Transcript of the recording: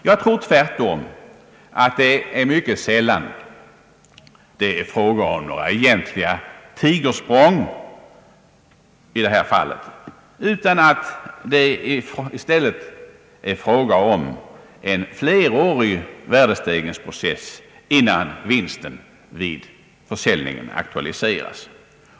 Jag tror tvärtom att det mycket sällan är fråga om några egentliga tigersprång i det här fallet utan att det i stället merendels är fråga om en flerårig progressiv värdestegringsprocess, innan vinsten vid försäljningen aktualiseras.